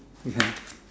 ya